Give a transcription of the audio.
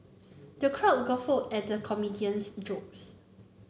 the crowd guffawed at the comedian's jokes